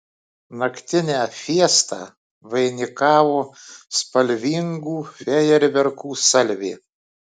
naktinę fiestą vainikavo spalvingų fejerverkų salvė